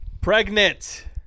Pregnant